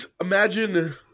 Imagine